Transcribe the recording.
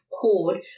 cord